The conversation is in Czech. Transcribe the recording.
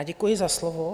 Děkuji za slovo.